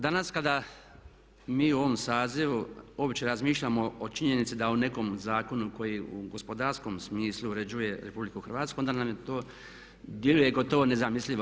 Danas kada mi u ovom sazivu uopće razmišljamo o činjenici da u nekom zakonu koji u gospodarskom smislu uređuje RH onda nam to djeluje gotovo nezamislivo.